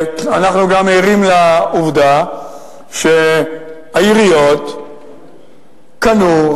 אנחנו גם ערים לעובדה שהעיריות קנו,